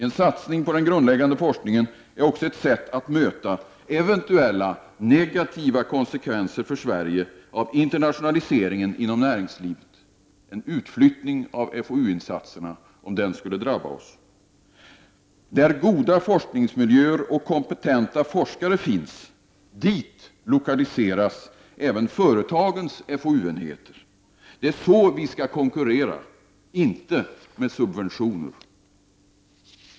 En satsning på den grundläggande forskningen är också ett sätt att möta eventuella negativa konsekvenser för Sverige av internationaliseringen inom näringslivet och utflyttning av FoU-insatserna. Där goda forskningsmiljöer och kompetenta forskare finns, dit lokaliseras även företagens FoU-enhet. Det är så vi skall konkurrera, inte med subventioner.